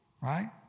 right